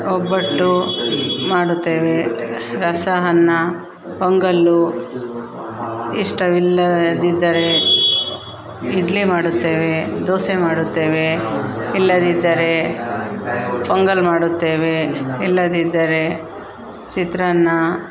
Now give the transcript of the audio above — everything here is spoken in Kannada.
ಒಬ್ಬಟ್ಟು ಮಾಡುತ್ತೇವೆ ರಸ ಅನ್ನ ಪೊಂಗಲ್ ಇಷ್ಟವಿಲ್ಲದಿದ್ದರೆ ಇಡ್ಲಿ ಮಾಡುತ್ತೇವೆ ದೋಸೆ ಮಾಡುತ್ತೇವೆ ಇಲ್ಲದಿದ್ದರೆ ಪೊಂಗಲ್ ಮಾಡುತ್ತೇವೆ ಇಲ್ಲದಿದ್ದರೆ ಚಿತ್ರಾನ್ನ